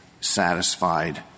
satisfied